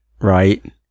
right